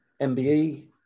MBE